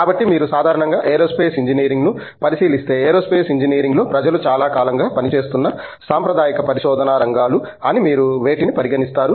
కాబట్టి మీరు సాధారణంగా ఏరోస్పేస్ ఇంజనీరింగ్ను పరిశీలిస్తే ఏరోస్పేస్ ఇంజనీరింగ్లో ప్రజలు చాలా కాలంగా పనిచేస్తున్న సాంప్రదాయిక పరిశోధనా రంగాలు అని మీరు వేటిని పరిగణిస్తారు